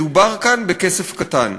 מדובר כאן בכסף קטן.